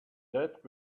that